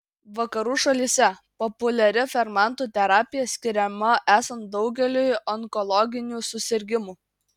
vakarų šalyse populiari fermentų terapija skiriama esant daugeliui onkologinių susirgimų